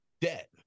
debt